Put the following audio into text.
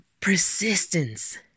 persistence